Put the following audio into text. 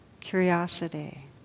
curiosity